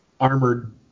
armored